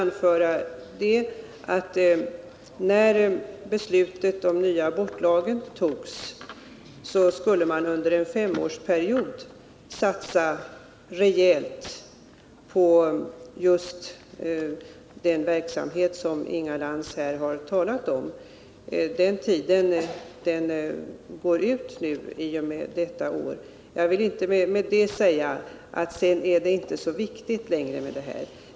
När beslutet om den nya abortlagen togs, skulle man under en femårsperiod satsa rejält på just den verksamhet som Inga Lantz här har talat om. Den tiden går ut i och med detta år. Jag vill inte därmed säga att det sedan inte är så viktigt med denna verksamhet.